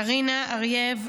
קרינה ארייב,